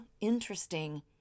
interesting